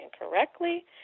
incorrectly